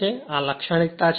તેથી આ લાક્ષણિકતા છે